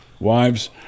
Wives